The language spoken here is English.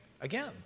again